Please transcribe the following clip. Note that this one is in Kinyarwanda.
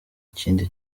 ikindi